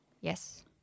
yes